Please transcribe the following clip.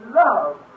love